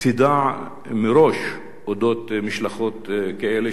תדע מראש על משלחות כאלה.